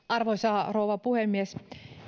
arvoisa rouva puhemies